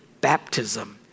baptism